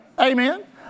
Amen